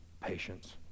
patience